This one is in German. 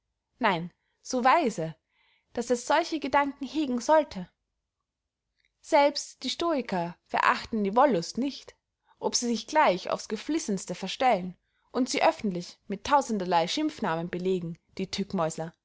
nein so weise daß er solche gedanken hegen sollte selbst die stoiker verachten die wollust nicht ob sie sich gleich aufs geflissenste verstellen und sie öffentlich mit tausenderley schimpfnamen belegen die